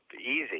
easy